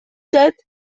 sept